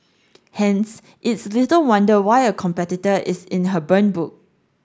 hence it's little wonder why a competitor is in her burn book